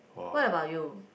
what about you